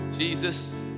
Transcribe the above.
Jesus